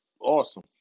awesome